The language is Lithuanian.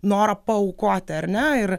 norą paaukoti ar ne ir